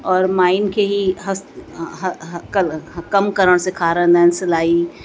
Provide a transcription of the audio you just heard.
और माइनि खे ई ह ह हक कमु करण सेखारींदा आहिनि सिलाई